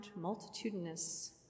multitudinous